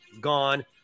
gone